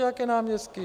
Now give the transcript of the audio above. Jaké náměstky?